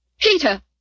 Peter